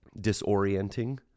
disorienting